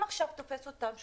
אם עכשיו תופס אותם שוטר,